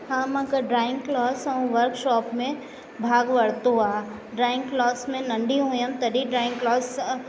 हा मां क ड्राइंग क्लास ऐं वर्कशॉप में भाॻु वरितो आहे ड्राइंग क्लास में नंढी हुअमि तॾहिं ड्राइंग क्लास